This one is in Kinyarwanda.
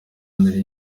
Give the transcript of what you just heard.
nari